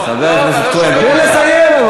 תן לסיים.